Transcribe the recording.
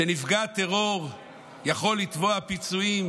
הוא שנפגע טרור יכול לתבוע פיצויים